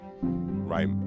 right